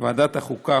ועדת החוקה,